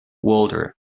walter